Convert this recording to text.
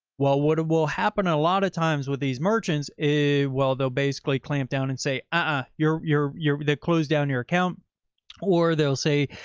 well, what will happen a lot of times with these merchants is, well, they'll basically clamp down and say, ah, you're, you're, you're close down your account or they'll say,